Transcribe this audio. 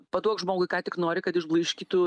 paduok žmogui ką tik nori kad išblaiškytų